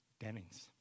Dennings